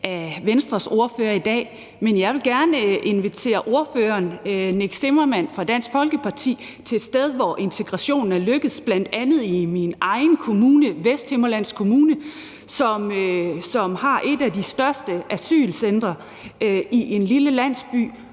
af Venstres ordfører i dag. Men jeg vil gerne invitere ordføreren, Nick Zimmermann, fra Dansk Folkeparti til et sted, hvor integrationen er lykkedes, bl.a. i min egen kommune, Vesthimmerlands Kommune, som har et af de største asylcentre i en lille landsby,